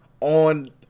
on